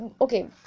Okay